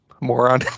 moron